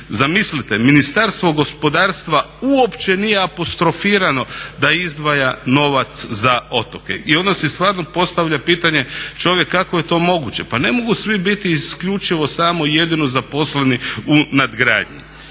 Zamislite Ministarstvo gospodarstva uopće nije apostrofirano da izdvaja novac za otoke. I onda se stvarno postavlja pitanje čovjek kako je to moguće. Pa ne mogu svi biti isključivo samo i jedino zaposleni u nadgradnji.